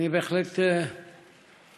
אני בהחלט מרגיש,